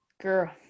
Girl